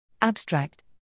Abstract